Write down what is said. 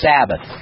Sabbath